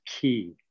key